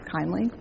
kindly